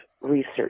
research